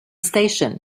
station